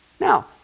Now